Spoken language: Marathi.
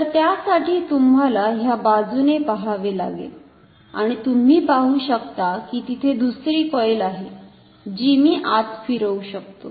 तर त्यासाठी तुम्हाला ह्या बाजूने पाहावे लागेल आणि तुम्ही पाहू शकता की तिथे दूसरी कॉईल आहे जी मी आत फिरवु शकतो